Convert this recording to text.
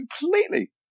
completely